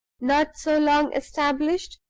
not so long established,